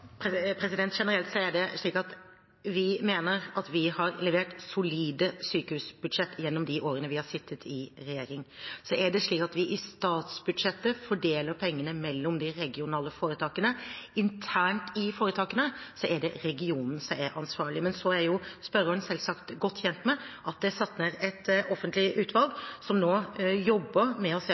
det skjer? Generelt mener vi at vi har levert solide sykehusbudsjett gjennom de årene vi har sittet i regjering. Så er det slik at vi i statsbudsjettet fordeler pengene mellom de regionale foretakene. Internt i foretakene er det regionen som er ansvarlig. Spørreren er selvsagt godt kjent med at det er satt ned et offentlig utvalg som nå jobber med å se